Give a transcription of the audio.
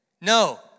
No